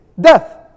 death